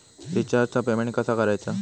रिचार्जचा पेमेंट कसा करायचा?